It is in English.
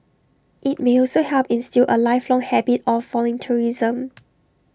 IT may also help instil A lifelong habit of volunteerism